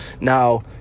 Now